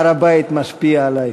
הר-הבית משפיע עלי.